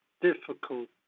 difficult